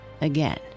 again